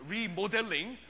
Remodeling